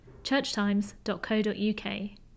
churchtimes.co.uk